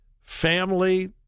family